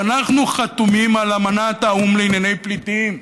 שאנחנו חתומים על אמנת האו"ם לענייני פליטים,